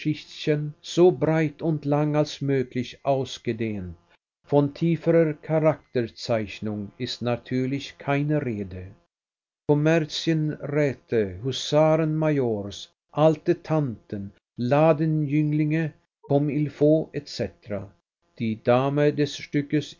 so breit und lang als möglich ausgedehnt von tieferer charakterzeichnung ist natürlich keine rede kommerzienräte husarenmajors alte tanten ladenjünglinge comme il faut etc die dame des stückes